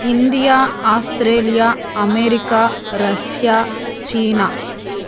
India Australia America Russia China